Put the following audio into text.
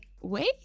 wait